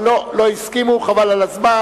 אבל לא הסכימו, חבל על הזמן.